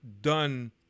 done